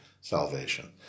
salvation